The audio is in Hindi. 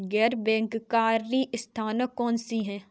गैर बैंककारी संस्थाएँ कौन कौन सी हैं?